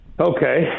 Okay